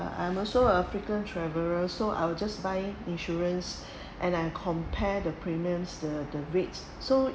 I'm also a frequent traveler so I will just buy insurance and I compare the premiums the the rates so